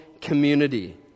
community